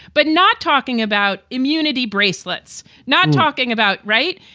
but not talking about immunity bracelets. not talking about. right.